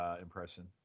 impression